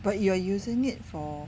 but you are using it for